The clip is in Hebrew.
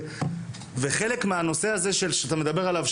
וחלק מהנושא הזה שאתה מדבר עליו,